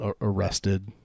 arrested